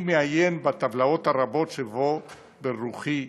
אני מעיין בטבלאות הרבות שבו ורוחי נופלת.